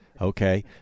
okay